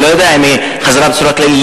אני לא יודע אם היא חזרה בצורה כללית,